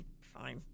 fine